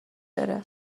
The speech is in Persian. داره